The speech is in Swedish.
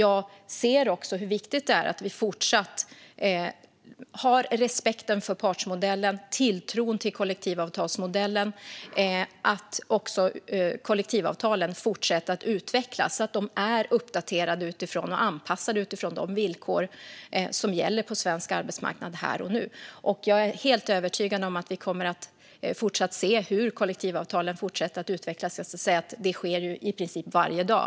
Jag ser också hur viktigt det är att vi fortsatt har respekt för partsmodellen och tilltro till kollektivavtalsmodellen samt att kollektivavtalen fortsätter att utvecklas så att de är uppdaterade och anpassade utifrån de villkor som gäller på svensk arbetsmarknad här och nu. Jag är helt övertygad om att vi kommer att se hur kollektivavtalen fortsätter att utvecklas. Det sker i princip varje dag.